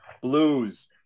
Blues